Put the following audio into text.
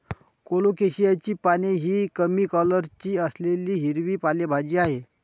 कोलोकेशियाची पाने ही कमी कॅलरी असलेली हिरवी पालेभाजी आहे